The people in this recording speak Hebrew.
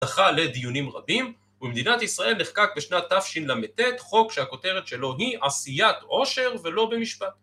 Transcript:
לדיונים רבים ובמדינת ישראל נחקק בשנת תשל"ט חוק שהכותרת שלו היא עשיית עושר ולא במשפט